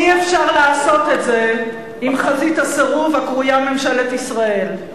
אי-אפשר לעשות את זה עם חזית הסירוב הקרויה ממשלת ישראל,